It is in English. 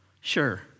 Sure